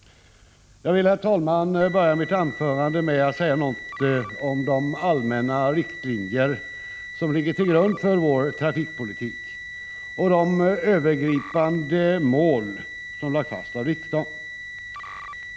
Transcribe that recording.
Jag skall, herr talman, börja mitt anförande med att säga något om de allmänna riktlinjer som ligger till grund för vår trafikpolitik och de övergripande mål som lagts fast av riksdagen.